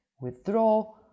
withdraw